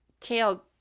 tail